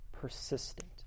Persistent